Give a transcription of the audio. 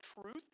truth